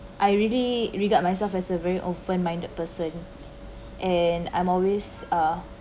I already regard myself as a very open minded person and I'm always ah